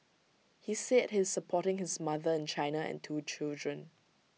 he said he is supporting his mother in China and two children